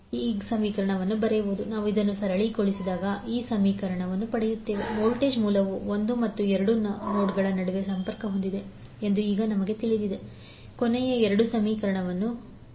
ನಾವು ಬರೆಯಬಹುದು 3V1 j3V2j3V112 ನಾವು ಇದನ್ನು ಸರಳಗೊಳಿಸುತ್ತೇವೆ ಮತ್ತು ನಾವು ಸರಳೀಕರಿಸಿದಾಗ ನಾವು ಸಮೀಕರಣವನ್ನು ಪಡೆಯುತ್ತೇವೆ 36j4V1V2 ವೋಲ್ಟೇಜ್ ಮೂಲವು 1 ಮತ್ತು 2 ನೋಡ್ಗಳ ನಡುವೆ ಸಂಪರ್ಕ ಹೊಂದಿದೆ ಎಂದು ಈಗ ನಮಗೆ ತಿಳಿದಿದೆ V1V210∠45° ಕೊನೆಯ ಎರಡು ಸಮೀಕರಣಗಳನ್ನು ಬಳಸಿ 36 40∠135°1j2V2V231